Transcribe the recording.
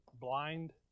Blind